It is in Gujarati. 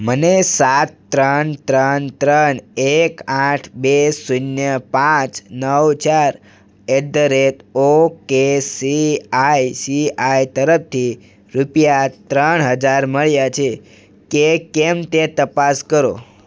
મને સાત ત્રણ ત્રણ ત્રણ એક આઠ બે શૂન્ય પાંચ નવ ચાર at the rate O K C I C I તરફથી રૂપિયા ત્રણ હજાર મળ્યા છે કે કેમ તે તપાસ કરો